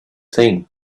thing